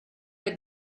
der